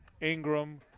Ingram